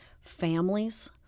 families